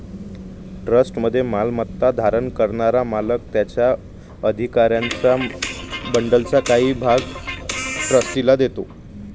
ट्रस्टमध्ये मालमत्ता धारण करणारा मालक त्याच्या अधिकारांच्या बंडलचा काही भाग ट्रस्टीला देतो